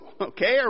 Okay